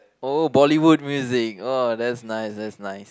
oh Bollywood music oh that's nice that's nice